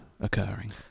occurring